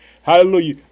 hallelujah